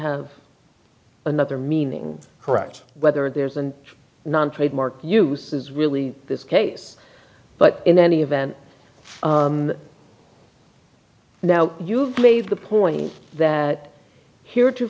have another meaning correct whether there's an non trademark use is really this case but in any event now you've made the point that hereto